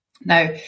Now